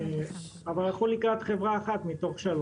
אבל הלכו לקראת חברה אחת מתוך שלוש,